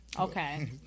Okay